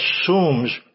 assumes